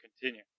continue